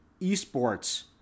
esports